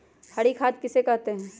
हरी खाद किसे कहते हैं?